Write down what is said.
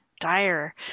dire